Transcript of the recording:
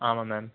ஆமாம் மேம்